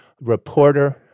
reporter